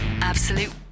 Absolute